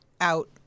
out